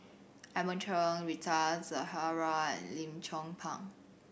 Edmund Chen Rita Zahara and Lim Chong Pang